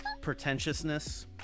pretentiousness